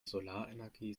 solarenergie